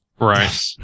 Right